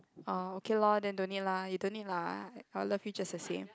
orh okay lor then don't need lah you don't need lah I I will love you just the same